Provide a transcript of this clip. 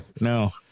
No